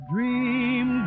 Dream